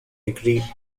agreed